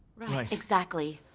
right. exactly.